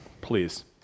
please